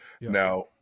Now